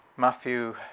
Matthew